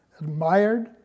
admired